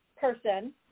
person